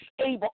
able